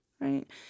right